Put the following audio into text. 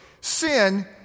sin